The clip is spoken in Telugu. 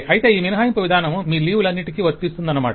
అయితే ఈ మినహాయింపు విధానం మీ లీవ్ లన్నింటికి వర్తిస్తుందన్నమాట